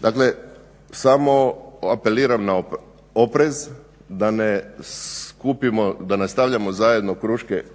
Dakle, samo apeliram na oprez da ne skupimo, da ne stavljamo zajedno